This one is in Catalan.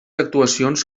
actuacions